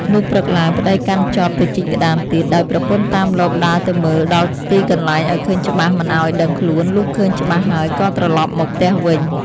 លុះព្រឹកឡើង ប្ដីកាន់ចបទៅជីកក្ដាមទៀត ដោយប្រពន្ធតាមលបដើរទៅមើលដល់ទីកន្លែងឲ្យឃើញច្បាស់មិនឲ្យដឹងខ្លួនលុះឃើញច្បាស់ហើយក៏ត្រឡប់មកផ្ទះវិញ ។